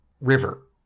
River